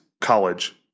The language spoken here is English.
college